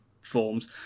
forms